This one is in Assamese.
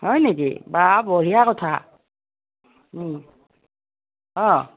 হয় নেকি বা বঢ়িয়া কথা অঁ